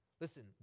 Listen